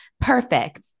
perfect